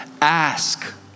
ask